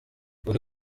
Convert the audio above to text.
buri